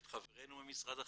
את חברינו ממשרד החינוך,